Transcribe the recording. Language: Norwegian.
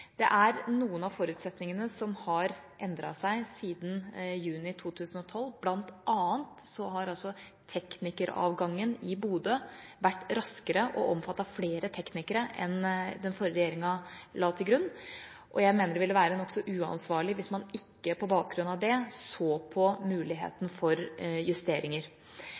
Det er noen av forutsetningene som har endret seg siden juni 2012, bl.a. har teknikeravgangen i Bodø vært raskere og har omfattet flere teknikere enn det den forrige regjeringa la til grunn. Jeg mener det ville være nokså uansvarlig hvis man ikke på bakgrunn av dette så på muligheten for justeringer.